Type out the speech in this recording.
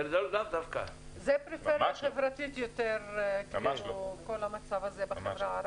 מדובר יותר בפריפריה חברתית בחברה הערבית.